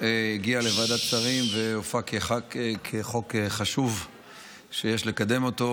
הגיע לוועדת שרים והופק כחוק חשוב שיש לקדם אותו,